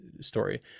story